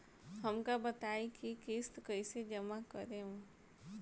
हम का बताई की किस्त कईसे जमा करेम?